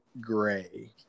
Gray